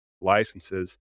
licenses